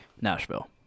Nashville